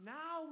now